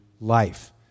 life